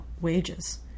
wages